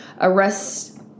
arrest